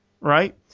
right